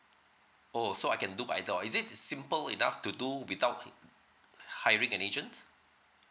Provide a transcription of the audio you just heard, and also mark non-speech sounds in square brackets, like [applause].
oh so I can do either is it simple enough to do without [noise] hiring an agent